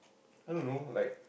I don't know like